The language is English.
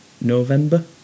November